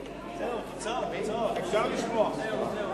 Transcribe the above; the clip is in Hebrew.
תודה למזכירת הכנסת, תמה ההצבעה,